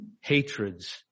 hatreds